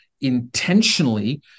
intentionally